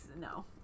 No